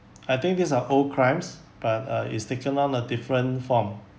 I think these are old crimes but uh is taken on a different form